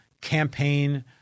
campaign